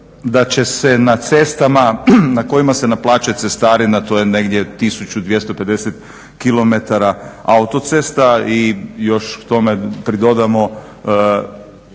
da će se na cestama na kojima se naplaćuje cestarina to je negdje 1250 km autocesta i još k tome pridodamo